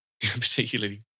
particularly